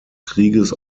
krieges